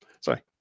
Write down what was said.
sorry